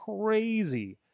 crazy